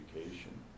education